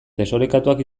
desorekatuak